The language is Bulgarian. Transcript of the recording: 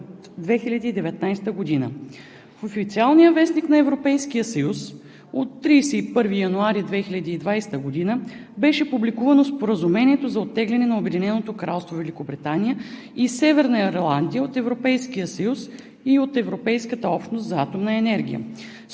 В официалния вестник на Европейския съюз от 31 януари 2020 г. беше публикувано Споразумението за оттегляне на Обединеното Кралство Великобритания и Северна Ирландия от Европейския съюз и от Европейската общност за атомна енергия.